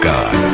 God